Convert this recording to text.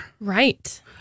Right